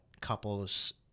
couples